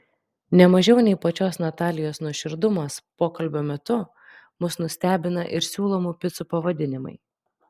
ne mažiau nei pačios natalijos nuoširdumas pokalbio metu mus nustebina ir siūlomų picų pavadinimai